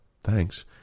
thanks